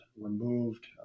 removed